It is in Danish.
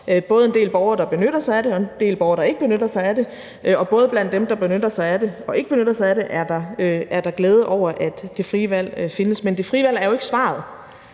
både en del borgere, der benytter sig af det, og en del borgere, der ikke benytter sig af det, og både blandt dem, der benytter sig af det, og dem, der ikke benytter sig af det, er der glæde over, at det frie valg findes. Men det frie valg er jo ikke svaret